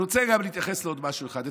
אני רוצה להתייחס לעוד משהו אחד.